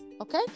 okay